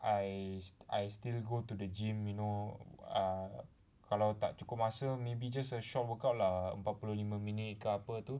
I I still go to the gym you know err kalau tak cukup masa maybe just a short workout lah empat puluh lima minit ke apa